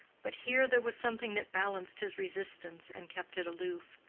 but here there was something that balanced his resistance and kept it aloof.